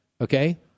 okay